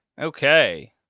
Okay